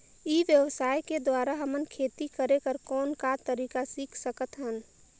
ई व्यवसाय के द्वारा हमन खेती करे कर कौन का तरीका सीख सकत हन?